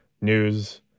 news